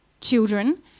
children